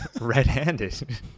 red-handed